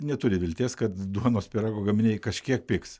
neturi vilties kad duonos pyrago gaminiai kažkiek pigs